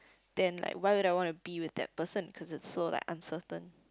then like why would I want to be with that person cause it's like so uncertain